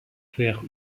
faire